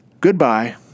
Goodbye